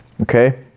okay